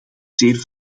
zeer